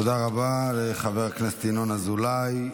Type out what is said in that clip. תודה רבה לחבר הכנסת ינון אזולאי.